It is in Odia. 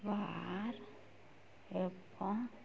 ବାର୍ ଏବଂ